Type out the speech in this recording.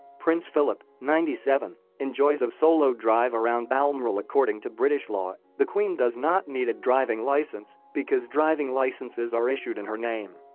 prince philip, ninety seven, enjoys a solo drive around balmoral according to british law, the queen does not need a driving licence because driving licences are issued in her name